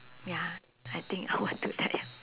ya I think I want do that ya